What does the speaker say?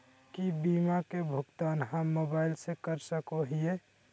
की बीमा के भुगतान हम मोबाइल से कर सको हियै?